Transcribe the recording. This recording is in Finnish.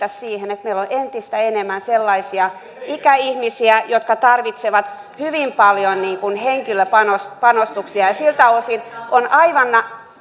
siihen meillä on entistä enemmän sellaisia ikäihmisiä jotka tarvitsevat hyvin paljon henkilöpanostuksia siltä osin on aivan